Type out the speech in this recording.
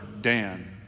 Dan